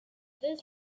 this